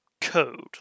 code